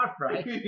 right